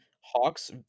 Hawks